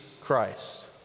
Christ